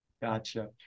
gotcha